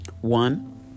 One